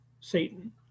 Satan